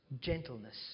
gentleness